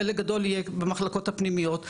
חלק גדול יהיה במחלקות הפנימיות,